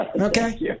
Okay